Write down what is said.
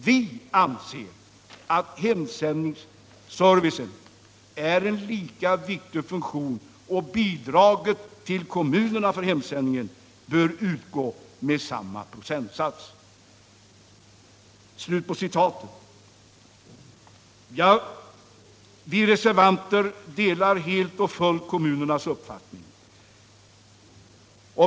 Vi anser att hemsändningsservicen är en lika viktig funktion och att bidraget till kommunerna för hemsändningen bör utgå med samma procentsats.” Vi reservanter delar helt och fullt kommunernas uppfattning.